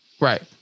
Right